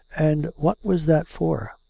and what was that for?